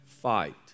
fight